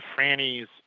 Franny's